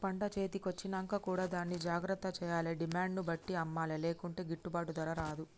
పంట చేతి కొచ్చినంక కూడా దాన్ని జాగ్రత్త చేయాలే డిమాండ్ ను బట్టి అమ్మలే లేకుంటే గిట్టుబాటు ధర రాదు